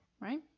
Right